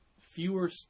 fewer